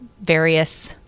various